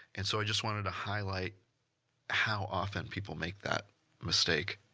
and so i just wanted to highlight how often people make that mistake.